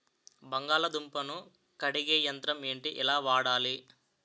బంగాళదుంప ను కడిగే యంత్రం ఏంటి? ఎలా వాడాలి?